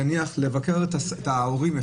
נניח לבקר את ההורים.